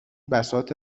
بساط